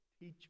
teach